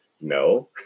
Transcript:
No